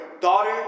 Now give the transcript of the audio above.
Daughter